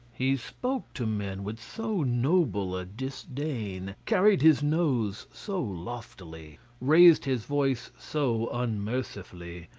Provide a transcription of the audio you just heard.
he spoke to men with so noble a disdain, carried his nose so loftily, raised his voice so unmercifully,